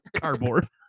Cardboard